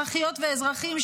אזרחיות ואזרחים,